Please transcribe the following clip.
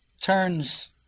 turns